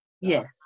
yes